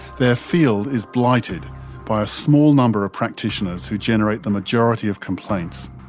their field is blighted by a small number of practitioners who generate the majority of complaints.